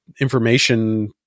information